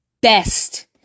best